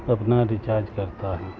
اپنا ریچارج کرتا ہے